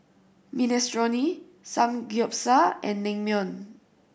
Minestrone Samgeyopsal and Naengmyeon